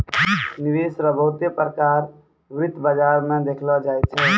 निवेश रो बहुते प्रकार वित्त बाजार मे देखलो जाय छै